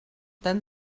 tant